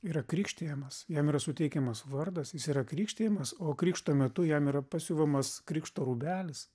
yra krikštijamas jam yra suteikiamas vardas jis yra krikštijamas o krikšto metu jam yra pasiuvamas krikšto rūbelis